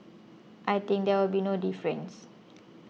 I think there will be no difference